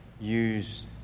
use